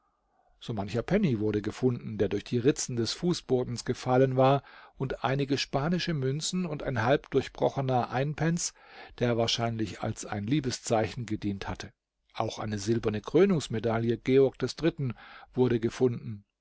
so mancher penny wurde gefunden der durch die ritzen des fußbodens gefallen war und einige spanische münzen und ein halb durchbrochener einpence der wahrscheinlich als ein liebeszeichen gedient hatte auch eine silberne krönungsmedaille georg des dritten wurde gefunden